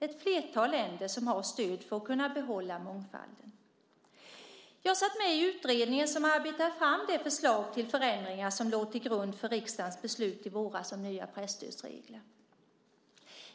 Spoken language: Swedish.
Ett flertal länder har stöd för att kunna behålla mångfalden. Jag satt med i utredningen som arbetade fram det förslag till förändringar som låg till grund för riksdagens beslut i våras om nya presstödsregler.